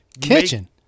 kitchen